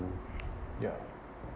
two ya